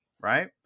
right